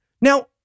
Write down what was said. Now